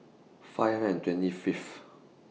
five and twenty Fifth